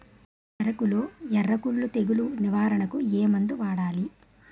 చెఱకులో ఎర్రకుళ్ళు తెగులు నివారణకు ఏ మందు వాడాలి?